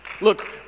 look